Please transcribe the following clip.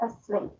asleep